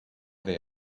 they